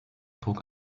trug